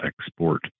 export